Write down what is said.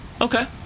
Okay